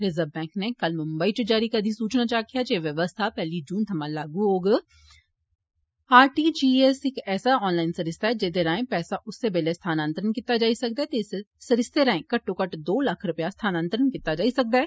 reserve bank नै कल मुम्बई च जारी इक अधिसूचना च आक्खेआ जे एह् बवस्था पैहली जून सवां लागू होग आर टी जी एस इक ऐसा ऑनलाइन सरिस्ता ऐ जेदे राए पैसा उस्सै वेल्ले स्थानंतरण कीता जाई सकदा ऐ ते इस सरिस्ते राए घट्टोघट्ट दो लक्ख रपेआ स्थानंतरण कीता जाई सकदा ऐ